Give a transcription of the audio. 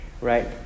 Right